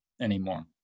anymore